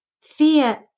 Fear